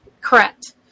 Correct